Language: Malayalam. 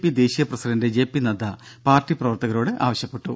പി ദേശീയ പ്രസിഡന്റ് ജെപി നദ്ദ പാർട്ടി പ്രവർത്തകരോട് ആവശ്യപ്പെട്ടു